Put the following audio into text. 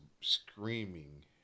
screaming